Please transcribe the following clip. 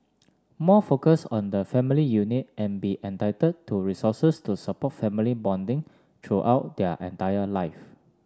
more focus on the family unit and be entitled to resources to support family bonding throughout their entire life